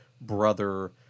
brother